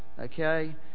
okay